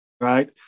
right